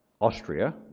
Austria